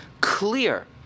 clear